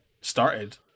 started